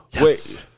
Wait